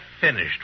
finished